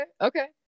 Okay